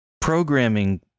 programming